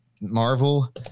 Marvel